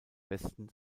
westen